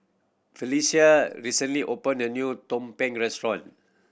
Felicie recently opened a new tumpeng restaurant